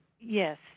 Yes